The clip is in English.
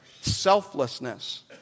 selflessness